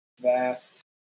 vast